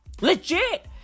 Legit